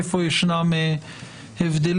איפה ישנם הבדלים,